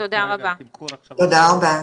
תודה רבה.